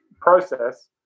process